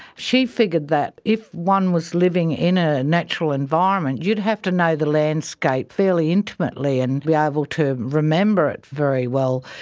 she figured that if one was living in a natural environment, you'd have to know the landscape fairly intimately and be ah able to remember it very well.